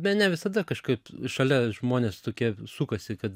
bene visada kažkaip šalia žmonės tokie sukasi kad